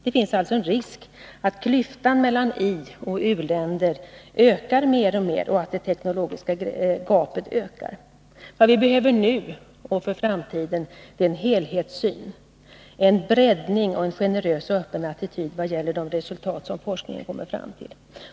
Det finns en risk för att klyftan mellan ioch u-länder ökar mer och mer, att det teknologiska gapet ökar. Vad vi behöver nu och för framtiden är en helhetssyn, en breddning och en generös och öppen attityd vad gäller de resultat som forskningen kommer fram till.